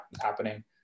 happening